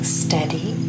steady